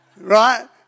Right